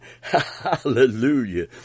hallelujah